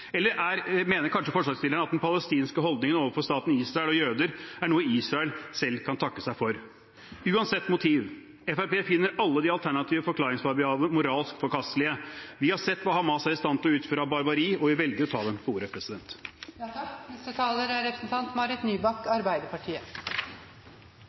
Eller mener kanskje forslagsstillerne at den palestinske holdningen overfor staten Israel og jøder er noe Israel selv kan takke seg for? Uansett motiv: Fremskrittspartiet finner alle de alternative forklaringsvariablene moralsk forkastelige. Vi har sett hva Hamas er i stand til å utføre av barbari, og vi velger å ta dem på ordet.